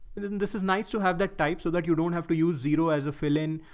then this is nice to have that type so that you don't have to use zero as a fill in.